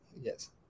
Yes